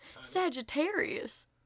Sagittarius